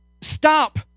stop